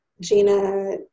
Gina